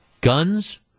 guns